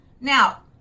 Now